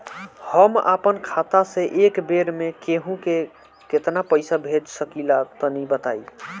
हम आपन खाता से एक बेर मे केंहू के केतना पईसा भेज सकिला तनि बताईं?